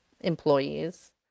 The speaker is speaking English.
employees